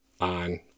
on